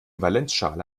valenzschale